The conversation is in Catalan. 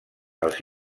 els